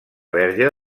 verge